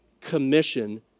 commission